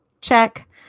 check